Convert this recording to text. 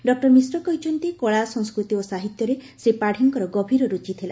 ଡଃ ମିଶ୍ର କହିଛନ୍ତି କଳା ସଂସ୍କୃତି ଓ ସାହିତ୍ୟରେ ଶ୍ରୀ ପାତ୍ୀଙ୍କର ଗଭୀର ରୁଚି ଥିଲା